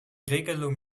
regelung